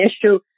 issue